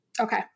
Okay